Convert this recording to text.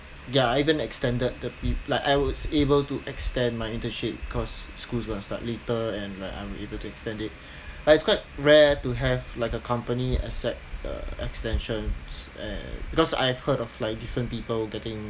ya even extended the pe~ like I was able to extend my internship cause schools are going to start later and like I'm able to extend it it's quite rare to have like a company accept extensions and because I've heard of like different people getting